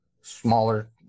smaller